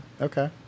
Okay